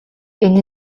энэ